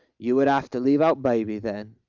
you would have to leave out baby then.